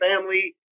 family